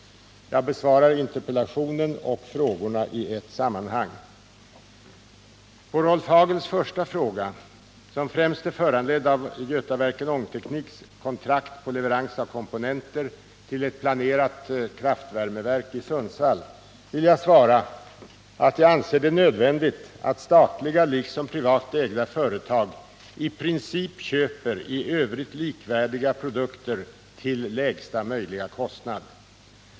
Jag besvarar interpellationen och frågorna i ett sammanhang. På Rolf Hagels första fråga, som främst är föranledd av Götaverken Ångtekniks kontrakt på leverans av komponenter till ett planerat kraftvärmeverk i Sundsvall, vill jag svara att jag anser det nödvändigt att statliga liksom privat ägda företag i princip köper i övrigt likvärdiga produkter till lägsta möjliga kostnad.